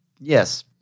yes